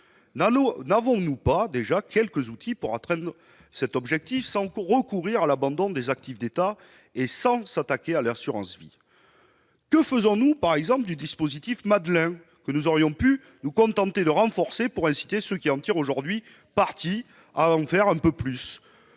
n'avons-nous pas déjà quelques outils pour atteindre cet objectif sans recourir à l'abandon des actifs d'État et sans s'attaquer à l'assurance vie ? Que faisons-nous, par exemple, du dispositif Madelin, que nous aurions pu nous contenter de renforcer pour inciter ceux qui en tirent aujourd'hui parti à en faire un peu plus ?